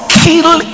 kill